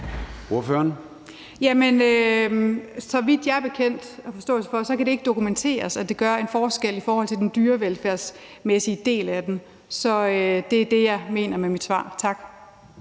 og som jeg har forstået det, kan det ikke dokumenteres, at det gør en forskel i forhold til den dyrevelfærdsmæssige del af det. Så det er det, jeg mener med mit svar. Tak.